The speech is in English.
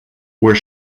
were